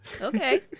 Okay